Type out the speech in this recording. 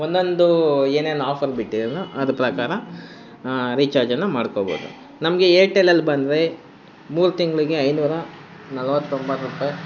ಒಂದೊಂದೂ ಏನೇನು ಆಫರ್ ಬಿಟ್ಟಿದಾನೋ ಅದು ಪ್ರಕಾರ ರಿಚಾರ್ಜನ್ನು ಮಾಡ್ಕೊಬೋದು ನಮಗೆ ಏರ್ಟೆಲಲ್ಲಿ ಬಂದರೆ ಮೂರು ತಿಂಗಳಿಗೆ ಐನೂರ ನಲ್ವತೊಂಬತ್ತು ರೂಪಾಯಿ